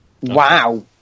Wow